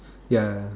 ya